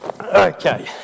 Okay